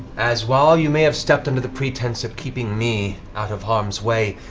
as while you may have stepped into the pretense of keeping me out of harm's way,